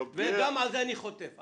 וגם על זה אני חוטף.